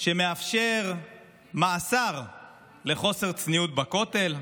שמאפשרת מאסר על חוסר צניעות בכותל,